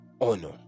honor